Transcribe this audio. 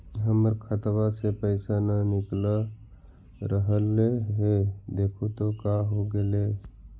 हमर खतवा से पैसा न निकल रहले हे देखु तो का होगेले?